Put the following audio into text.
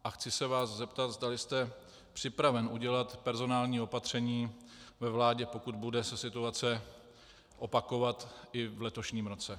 A chci se vás zeptat, zdali jste připraven udělat personální opatření ve vládě, pokud se bude situace opakovat i v letošním roce.